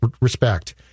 respect